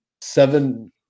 seven